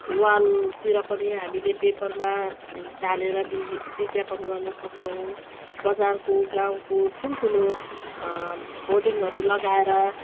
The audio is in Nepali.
वालतिर पनि हामीले पेपरमा टालेर वि विज्ञापन गर्नसक्छौँ बजारको गाउँको ठुल्ठुलो होर्डिङहरू लगाएर